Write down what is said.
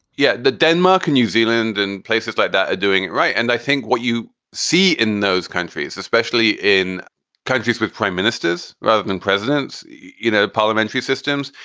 yeah, the denmark, and new zealand and places like that are doing it right. and i think what you see in those countries, especially in countries with prime ministers rather than presidents, you know, parliamentary systems,